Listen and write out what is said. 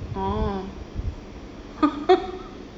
oh